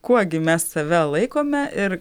kuo gi mes save laikome ir